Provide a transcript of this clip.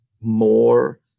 more